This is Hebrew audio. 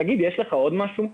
תגיד, יש לך עוד משהו?